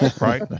Right